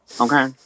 okay